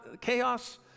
chaos